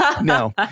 No